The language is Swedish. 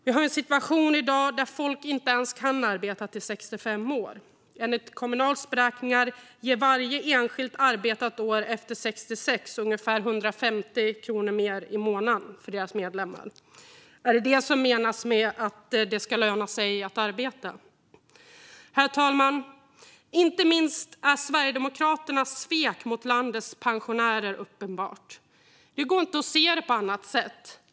Vi har en situation i dag där folk inte ens kan arbeta tills de är 65 år. Enligt Kommunals beräkningar ger varje enskilt arbetat år efter 66 års ålder ungefär 150 kronor mer i månaden för deras medlemmar. Är det detta som menas med att det ska löna sig att arbeta? Herr talman! Inte minst är Sverigedemokraternas svek mot landets pensionärer uppenbart. Det går inte att se det på annat sätt.